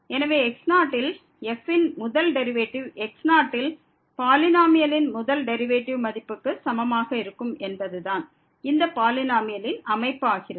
எனவே x0 ல் f ன் முதல் டெரிவேட்டிவ் x0 ல் பாலினோமியலின் முதல் டெரிவேட்டிவ் மதிப்புக்கு சமமாக இருக்கும் என்பது தான் இந்த பாலினோமியலின் அமைப்பு ஆகிறது